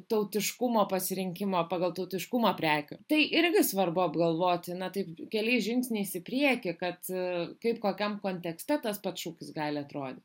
tautiškumo pasirinkimą pagal tautiškumą prekių tai irgi svarbu apgalvoti na taip keliais žingsniais į priekį kad kaip kokiam kontekste tas pats šūkis gali atrodyt